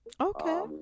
Okay